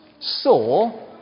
saw